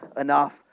enough